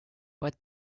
but